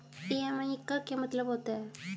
EMI का क्या मतलब होता है?